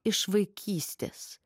iš vaikystės